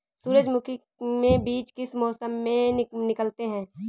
सूरजमुखी में बीज किस मौसम में निकलते हैं?